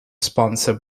sponsor